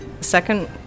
second